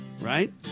Right